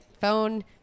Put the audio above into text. phone